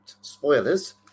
spoilers